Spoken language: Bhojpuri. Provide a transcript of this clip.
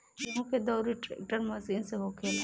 गेहूं के दउरी ट्रेक्टर मशीन से होखेला